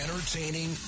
entertaining